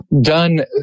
done